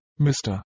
Mr